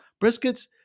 Briskets